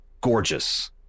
Gorgeous